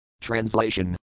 Translation